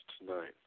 Tonight